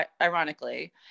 ironically